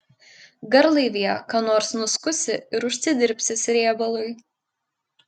garlaivyje ką nors nuskusi ir užsidirbsi srėbalui